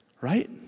right